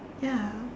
ya